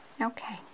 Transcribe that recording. Okay